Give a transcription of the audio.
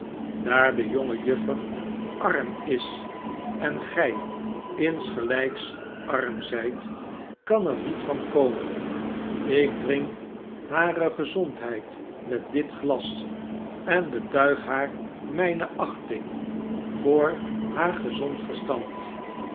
daar de jonge juffer arm is en gij insgelijks arm zijt kan er niet van komen ik drink hare gezondheid met dit glas en betuig haar mijne achting voor haar gezond verstand